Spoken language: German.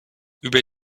über